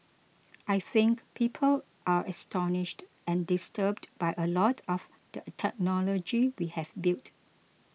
I think people are astonished and disturbed by a lot of the technology we have built